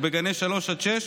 ובגני שלוש עד שש,